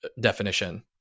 definition